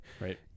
Right